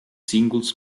singuls